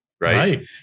Right